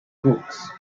books